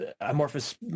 amorphous